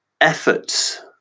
efforts